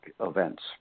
events